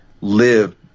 live